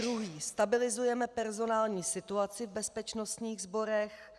Druhý: stabilizujeme personální situaci v bezpečnostních sborech.